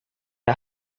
out